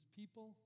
people